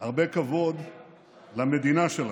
הרבה כבוד למדינה שלנו.